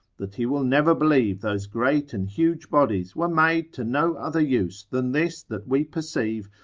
that he will never believe those great and huge bodies were made to no other use than this that we perceive,